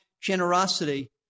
generosity